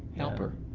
help her.